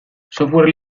software